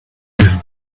have